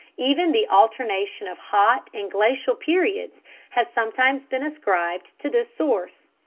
even the alternation of hot and glacial periods has sometimes been ascribed to this source.